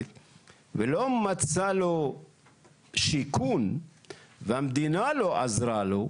ולא מצא לו שיכון והמדינה לא עזרה לו,